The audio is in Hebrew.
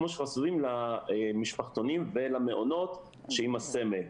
כמו שחשופים למשפחתונים ולמעונות שעם הסמל.